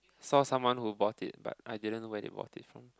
saw someone who bought it but I didn't know where they bought it from